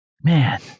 man